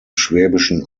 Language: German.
schwäbischen